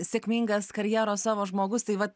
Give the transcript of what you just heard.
sėkmingas karjeros savo žmogus tai vat